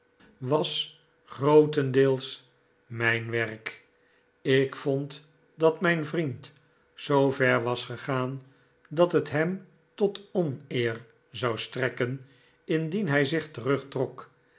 was grootendeels mijn werk ik vond dat mijn vriend zoover was gegaan dat het hem tot oneer zou strekken indien hij zich